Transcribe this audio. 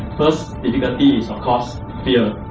first difficulty is of course fear!